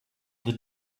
the